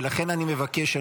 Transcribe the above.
לכן אני מבקש,